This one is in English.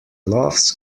loves